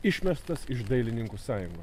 išmestas iš dailininkų sąjungos